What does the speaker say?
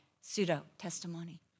pseudo-testimony